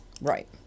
Right